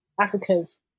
Africa's